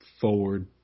forward